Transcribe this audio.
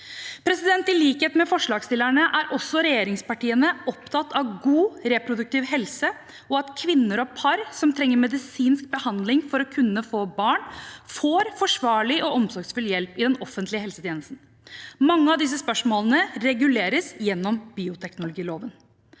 oss over. I likhet med forslagsstillerne er også regjeringspartiene opptatt av god reproduktiv helse og at kvinner og par som trenger medisinsk behandling for å kunne få barn, får forsvarlig og omsorgsfull hjelp i den offentlige helsetjenesten. Mange av disse spørsmålene reguleres gjennom bioteknologiloven.